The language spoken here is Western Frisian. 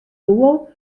doel